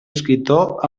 escriptor